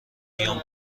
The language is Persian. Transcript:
بیام